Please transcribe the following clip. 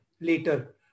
later